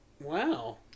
Wow